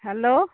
hello